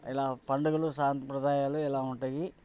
ఇలా పండుగలు సాంప్రదాయాలు ఇలా ఉంటాయి